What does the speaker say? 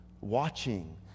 watching